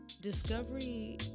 discovery